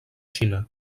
xina